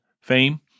fame